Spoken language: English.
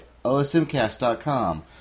osmcast.com